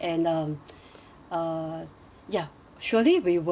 uh ya surely we will